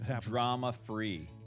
Drama-free